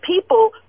people